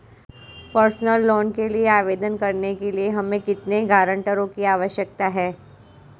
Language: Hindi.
पर्सनल लोंन के लिए आवेदन करने के लिए हमें कितने गारंटरों की आवश्यकता है?